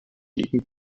gegen